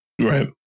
Right